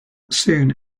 soon